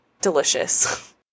delicious